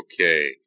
Okay